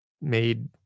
made